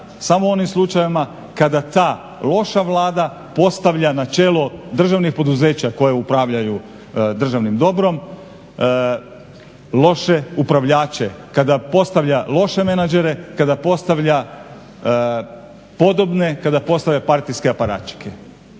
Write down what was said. samo u onim slučajevima kada ta loša Vlada postavlja na čelo državnih poduzeća koja upravljaju državnim dobrom loše upravljače, kada postavlja loše menadžere, kada postavlja podobne, kada postavlja partijske aparačike.